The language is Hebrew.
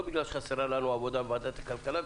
לא בגלל שחסרה לנו עבודה בוועדת הכלכלה,